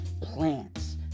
plants